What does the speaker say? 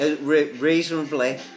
reasonably